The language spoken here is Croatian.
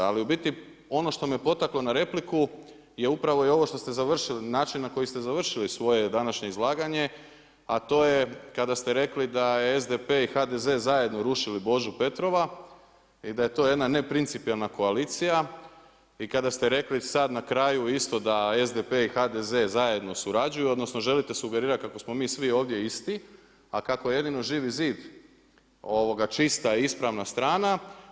Ali u biti ono što me potaklo na repliku je upravo ovo što ste završili način na koji ste završili svoje današnje izlaganje, a to je kada ste rekli da SDP i HDZ zajedno rušili Božu Petrova i da je to jedna neprincipijelna koalicija, i kada ste rekli sada na kraju isto da SDP i HDZ zajedno surađuju odnosno želite sugerirati kako smo mi svi ovdje isti, a kako jedino Živi zid čista i ispravna strana.